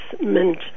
mint